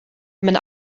mijn